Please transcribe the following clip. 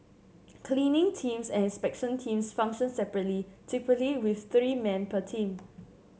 cleaning teams and inspection teams function separately typically with three men per team